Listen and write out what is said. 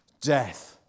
death